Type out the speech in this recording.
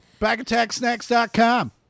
Backattacksnacks.com